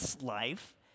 life